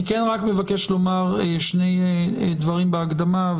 אני רק מבקש לומר שני דברים בהקדמה,